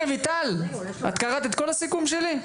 רויטל, את קראת את כל הסיכום שלי?